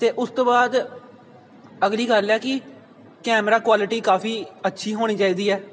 ਅਤੇ ਉਸ ਤੋਂ ਬਾਅਦ ਅਗਲੀ ਗੱਲ ਆ ਕਿ ਕੈਮਰਾ ਕੁਆਲਿਟੀ ਕਾਫੀ ਅੱਛੀ ਹੋਣੀ ਚਾਹੀਦੀ ਹੈ